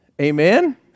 Amen